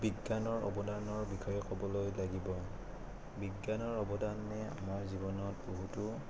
বিজ্ঞানৰ অৱদানৰ বিষয়ে ক'বলৈ লাগিব বিজ্ঞানৰ অৱদানে আমাৰ জীৱনত বহুতো